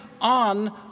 on